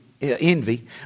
envy